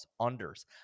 unders